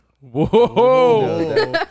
Whoa